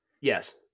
Yes